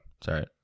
Sorry